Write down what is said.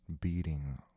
beating